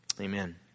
Amen